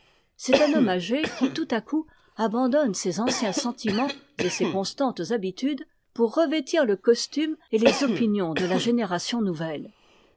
c'est un homme âgé qui tout à coup abandonne ses anciens sentiments et ses constantes habitudes pour revêtir le costume et les opinions de la génération nouvelle